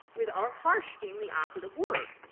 with um harsh being the operative word.